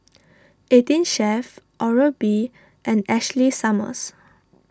eighteen Chef Oral B and Ashley Summers